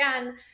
again